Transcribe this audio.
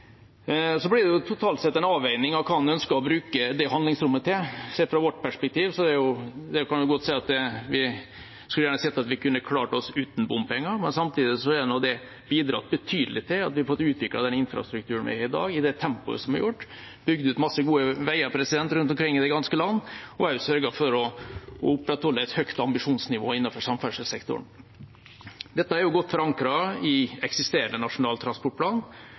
Det blir totalt sett en avveining av hva en ønsker å bruke det handlingsrommet til. Fra vårt perspektiv skulle vi gjerne sett at vi kunne klart oss uten bompenger, men samtidig har det bidratt betydelig til at vi har fått utviklet den infrastrukturen vi har i dag i det tempo som er gjort, bygd ut masse gode veier rundt omkring i det ganske land, og også sørget for å opprettholde et høyt ambisjonsnivå innenfor samferdselssektoren. Dette er godt forankret i eksisterende Nasjonal transportplan